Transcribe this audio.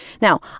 Now